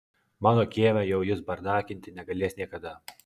mano kieme jau jis bardakinti negalės niekada